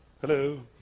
Hello